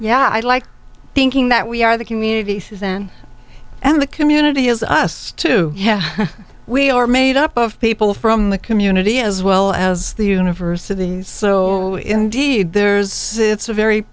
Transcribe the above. yeah i like being king that we are the community then and the community is us to yeah we are made up of people from the community as well as the university so indeed there's a it's a very